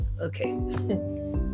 okay